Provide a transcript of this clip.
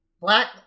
black